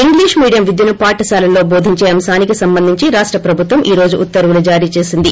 English medium విద్యను పాఠశాలలో భోదించే అంశానికి సంబంధించి రాష్ట ప్రభుత్వం ఈ రోజు ఉత్తర్వులు జారీ చేసింది